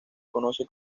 conoce